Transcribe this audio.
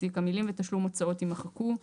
המילים "ותשלום הוצאות" - יימחקו.